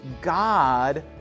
God